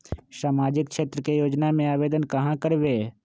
सामाजिक क्षेत्र के योजना में आवेदन कहाँ करवे?